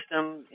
system